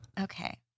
Okay